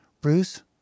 Bruce